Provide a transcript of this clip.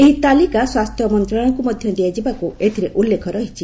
ଏହି ତାଲିକା ସ୍ୱାସ୍ଥ୍ୟ ମନ୍ତ୍ରଣାଳୟକୁ ମଧ୍ୟ ଦିଆଯିବାକୁ ଏଥିରେ ଉଲ୍ଲେଖ ରହିଛି